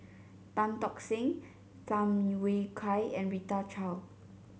Tan Tock Seng Tham Yui Kai and Rita Chao